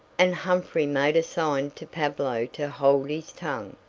and humphrey made a sign to pablo to hold his tongue.